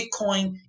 Bitcoin